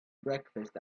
breakfast